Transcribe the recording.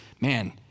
man